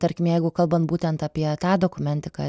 tarkim jeigu kalbant būtent apie tą dokumentiką